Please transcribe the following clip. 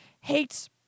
hates